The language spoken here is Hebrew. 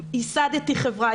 ייסדתי חברה,